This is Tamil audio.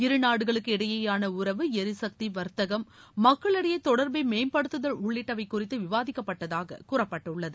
இருநாடுகளுக்கு இடையேயான உறவு எரிசக்தி வர்த்தகம் மக்களிடையே தொடர்பை மேம்படுத்துதல் உள்ளிட்டவை குறித்து விவாதிக்கப்பட்டதாக கூறப்பட்டுள்ளது